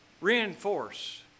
reinforce